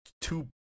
two